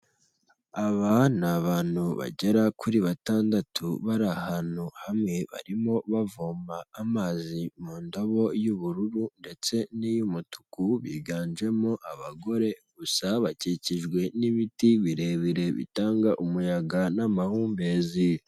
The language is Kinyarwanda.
Aba ni abantu bagera kuri batandatu bari ahantu hamwe barimo bavoma amazi mu ndabo y'ubururu ndetse n'iy'umutuku biganjemo abagore gusa bakikijwe n'ibiti birebire bitanga umuyaga n'amahumbezi.